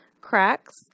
cracks